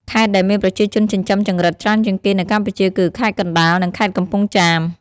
ខេត្តដែលមានប្រជាជនចិញ្ចឹមចង្រិតច្រើនជាងគេនៅកម្ពុជាគឺ ខេត្តកណ្ដាល និង ខេត្តកំពង់ចាម។